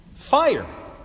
fire